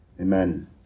Amen